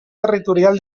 territorial